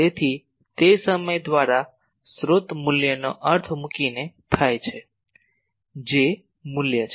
તેથી તે સમય દ્વારા સ્રોત મૂલ્યનો અર્થ મુકીને થાય છે J મૂલ્ય છે